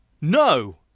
No